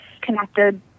connected